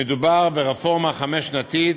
מדובר ברפורמה חמש-שנתית,